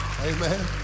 Amen